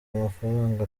amafaranga